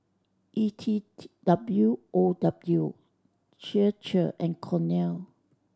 E T T W O W Chir Chir and Cornell